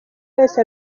wese